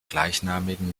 gleichnamigen